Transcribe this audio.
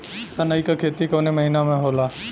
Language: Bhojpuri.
सनई का खेती कवने महीना में होला?